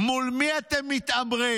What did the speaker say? מול מי אתם מתעמרים?